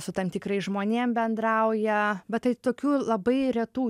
su tam tikrais žmonėm bendrauja bet tai tokių labai retų